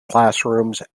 classrooms